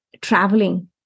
traveling